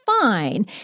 fine